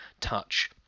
touch